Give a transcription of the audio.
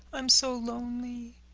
i'm so lonely.